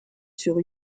sur